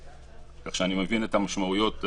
כך שאני מבין את המשמעויות.